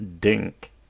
Dink